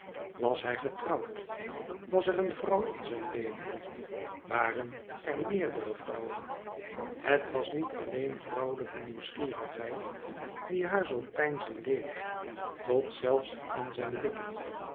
was hij getrouwd was er een vrouw in zijn leven waren er meerdere vrouwen het was niet alleen vrouwelijke nieuwsgierigheid die haar zoo peinzen deed tot zelfs aan zijn lippen